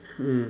mm